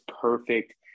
perfect